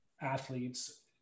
athletes